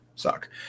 suck